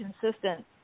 consistent